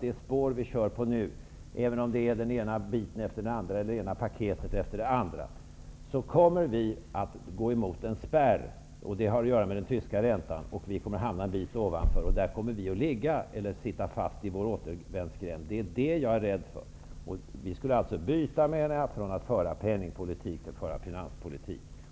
det spår som vi nu kör på -- även om det kommer det ena paketet efter det andra -- kommer vi att gå emot en spärr, och den har att göra med den tyska räntan. Vi kommer att hamna en bit ovanför den, och där kommer vi att sitta fast i vår återvändsgränd. Det är det jag är rädd för. Vi skulle alltså övergå, menar jag, från att föra penningpolitik till att föra finanspolitik.